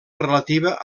relativa